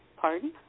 Pardon